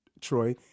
Troy